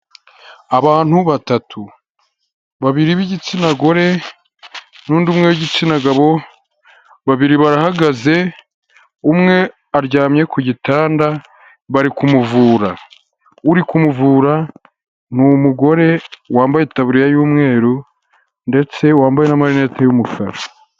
Abantu batatu babiri b'igitsina gore n'undi umwe w'igitsina gabo babiri barahagaze umwe aryamye ku gitanda bari kumuvura, uri kumuvura ni umugore wambaye itaburiya y'umweru ndetse wambaye n'amalinete y'umukara.